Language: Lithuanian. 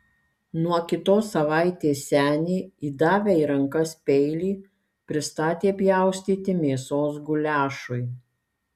nuo kitos savaitės senį įdavę į rankas peilį pristatė pjaustyti mėsos guliašui